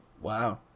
wow